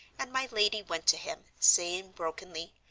and my lady went to him, saying brokenly,